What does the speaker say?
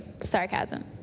Sarcasm